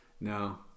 No